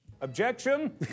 Objection